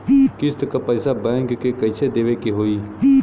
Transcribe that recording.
किस्त क पैसा बैंक के कइसे देवे के होई?